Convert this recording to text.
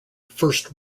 first